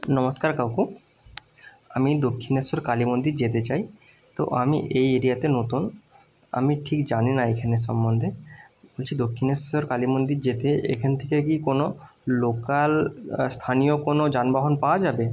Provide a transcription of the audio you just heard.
নমস্কার কাকু আমি দক্ষিণেশ্বর কালী মন্দির যেতে চাই তো আমি এই এরিয়াতে নতুন আমি ঠিক জানি না এখানে সম্বন্ধে বলছি দক্ষিণেশ্বর কালী মন্দির যেতে এখান থেকে কি কোনো লোকাল স্থানীয় কোনো যানবাহন পাওয়া যাবে